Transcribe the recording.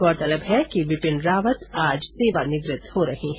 गौरतलब है कि बिपिन रावत आज सेवानिवृत हो रहे हैं